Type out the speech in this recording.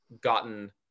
gotten